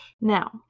Now